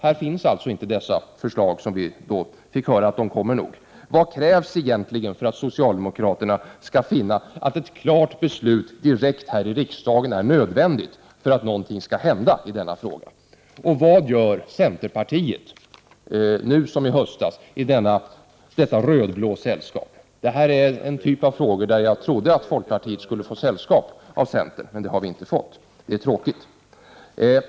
Här finns alltså inte de förslag som vi fick höra att de nog skulle komma. Vad krävs egentligen för att socialdemokraterna skall finna att ett klart beslut här i riksdagen är nödvändigt för att någonting skall hända i denna fråga? Och vad gör centerpartiet, nu liksom i höstas, i detta rödblå sällskap? Detta är en typ av frågor där jag trodde att folkpartiet skulle få sällskap av centern, men det har vi inte fått. Det är tråkigt.